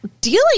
dealing